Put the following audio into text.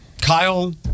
Kyle